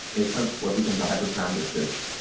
a sense, what becomes a hyperparameter search.